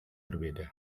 berbeda